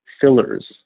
fillers